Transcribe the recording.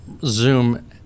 zoom